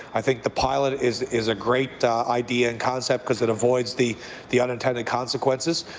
i think the pilot is is a great idea and concept because it avoids the the unintended consequences.